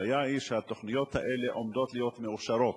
הבעיה היא שהתוכניות האלה עומדות להיות מאושרות,